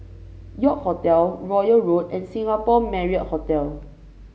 York Hotel Royal Road and Singapore Marriott Hotel